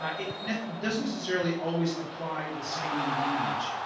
um it doesn't necessarily always apply the same in long beach.